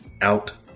out